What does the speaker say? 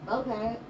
okay